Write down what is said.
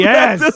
Yes